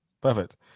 perfect